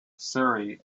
surrey